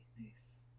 Nice